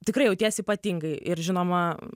tikrai jautiesi ypatingai ir žinoma